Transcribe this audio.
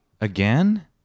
Again